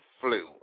flu